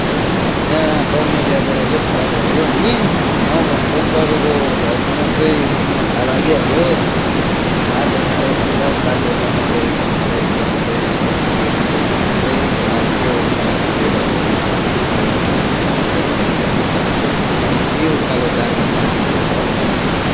यहाँ टाउन एरियाबाट खोला झरेको हामी नभनेको पनि तपाईँको झर्नु मात्रै तिन घन्टा लागिहाल्यो बाटो साह्रै खतम बाटो बनाउँदै बनाउँदै बनाउँदै झालमुरी खाँदै खाँदै खोला पुग्यौँ खोला पुगेर पौडी सौडी खेल्यौँ मासु सासु खायौँ माछा साछा माऱ्यौँ फेरि उकालो चार घन्टा जस्तो हत्तु